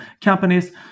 companies